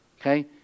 Okay